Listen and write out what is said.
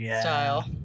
style